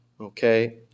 okay